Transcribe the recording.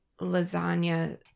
lasagna